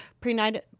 prenatal